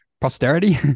posterity